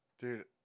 Dude